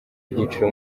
byiciro